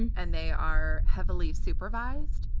and they are heavily supervised.